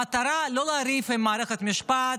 המטרה היא לא לריב עם מערכת המשפט,